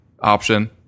option